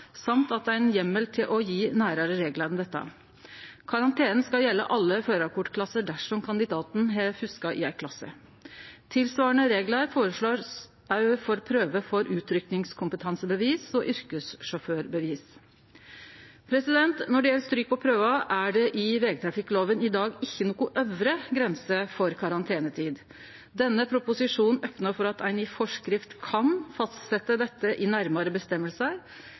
ein heimel til å gje nærare reglar om dette. Karantenen skal gjelde alle førarkortklasser dersom kandidaten har fuska i ei klasse. Tilsvarande reglar blir òg føreslått for prøve for utrykkingskompetansebevis og yrkessjåførbevis. Når det gjeld stryk på prøven, er det i vegtrafikkloven i dag ikkje noka øvre grense for karantenetid. Denne proposisjonen opnar for at ein i forskrift kan fastsetje dette i nærmare